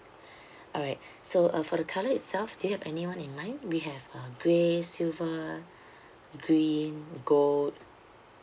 alright so uh for the colour itself do you have any one in mind we have uh grey silver green gold